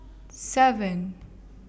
seven